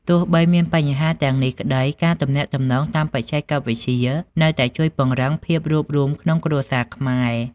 ទោះបីមានបញ្ហាទាំងនេះក្ដី ការទំនាក់ទំនងតាមបច្ចេកវិទ្យានៅតែជួយពង្រឹងភាពរួបរួមក្នុងគ្រួសារខ្មែរ។